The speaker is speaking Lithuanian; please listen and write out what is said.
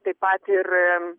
taip pat ir